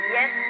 Yes